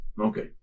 Okay